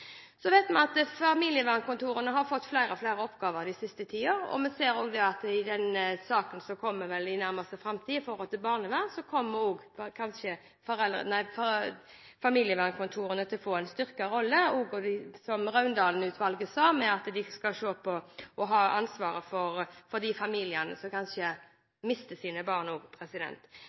Vi vet at familievernkontorene har fått flere og flere oppgaver den siste tiden. Vi ser også at i saken om barnevernet, som vel kommer i løpet av den nærmeste framtid, kommer kanskje familievernkontorene til å få en styrket rolle. Blant annet skal det – som Raundalen-utvalget sa – ses på om de skal ha ansvaret for de familiene som kanskje mister sine barn også. Men det er en annen sak. Samarbeidet mellom barnevernet, barnehagene, skolene, helsestasjonene og